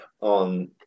on